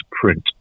print